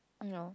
no